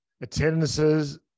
attendances